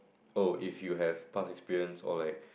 oh if you have past experience or like